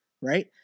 right